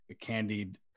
candied